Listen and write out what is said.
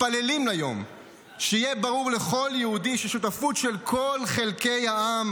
מתפללים ליום שיהיה ברור לכל יהודי ששותפות של כל חלקי העם